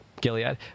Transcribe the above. Gilead